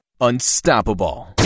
Unstoppable